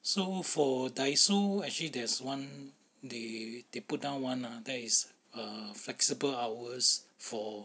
so for daiso actually there's one they they put down [one] lah that is flexible hours for